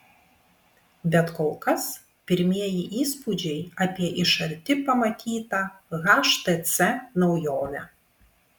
bet kol kas pirmieji įspūdžiai apie iš arti pamatytą htc naujovę